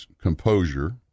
composure